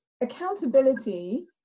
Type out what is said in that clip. accountability